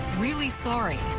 really sorry,